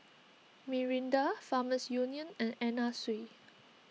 Mirinda Farmers Union and Anna Sui